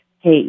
hey